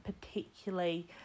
particularly